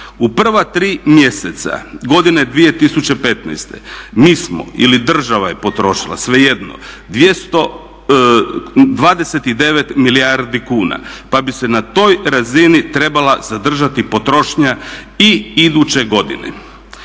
U prva tri mjeseca godine 2015. mi smo ili država je potrošila, svejedno, 29 milijardi kuna pa bi se na toj razini trebala zadržati potrošnja i iduće godine.